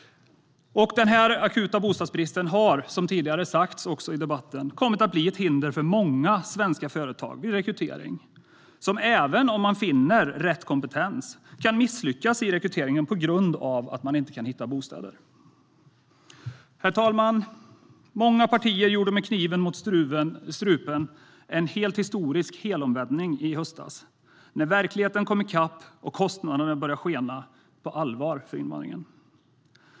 Den akuta bostadsbristen har, som tidigare sagts i debatten, kommit att bli ett hinder för många svenska företag vid rekrytering. Även om de finner rätt kompetens kan de misslyckas i rekryteringen på grund av att man inte kan hitta bostäder. Herr talman! Många partier gjorde, med kniven mot strupen, en historisk helomvändning i höstas när verkligheten kom i kapp och kostnaderna började skena på allvar för invandringen.